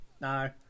No